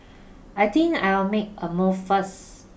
I think I'll make a move first